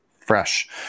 fresh